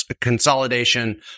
consolidation